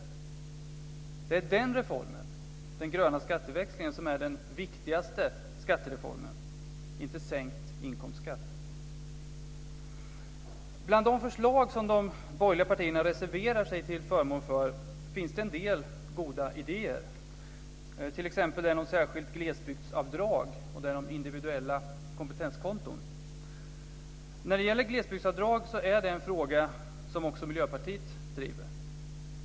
Det är den reformen, den gröna skatteväxlingen, som är den viktigaste skattereformen, inte sänkt inkomstskatt. Bland de förslag som de borgerliga partierna reserverar sig till förmån för finns det en del goda idéer, t.ex. ett särskilt glesbygdsavdrag och de individuella kompetenskontona. Frågan om glesbygdsavdrag är en fråga som också Miljöpartiet driver.